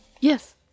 Yes